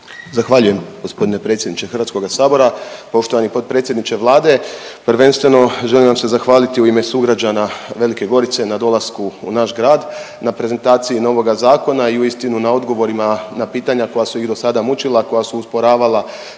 Zahvaljujem gospodine predsjedniče Hrvatskoga sabora. Poštovani potpredsjedniče Vlade prvenstveno želim vam se zahvaliti u ime sugrađana Velike Gorice na dolasku u naš grad na prezentaciju novoga zakona i uistinu na odgovorima na pitanja koja su ih dosada mučila, koja su usporavala